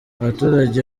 abaturage